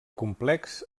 complex